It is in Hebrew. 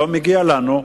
לא מגיע לנו,